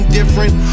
different